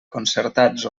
concertats